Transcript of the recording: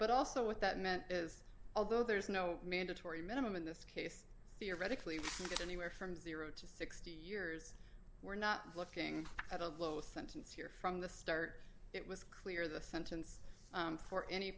but also what that meant is although there's no mandatory minimum in this case theoretically it anywhere from zero to sixty years we're not looking at a lower sentence here from the start it was clear the sentence for any